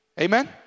Amen